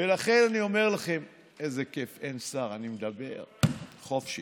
לכן אני אומר, איזה כיף, אין שר, אני מדבר חופשי.